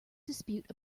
dispute